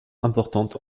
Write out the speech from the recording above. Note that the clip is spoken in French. importante